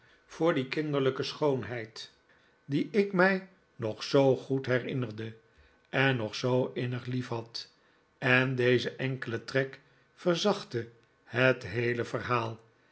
voor die kinderlijke schoonheid die ik mij nog zoo goed herinnerde en nog zoo innig liefhad en deze enkele trek verzachtte het heele verhaal